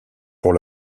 pour